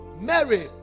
Mary